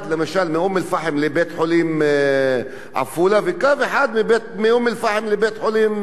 לבית-החולים בעפולה וקו אחד מאום-אל-פחם לבית-חולים "הלל יפה",